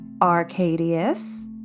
Arcadius